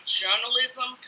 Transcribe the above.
journalism